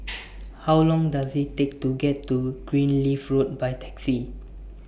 How Long Does IT Take to get to Greenleaf Road By Taxi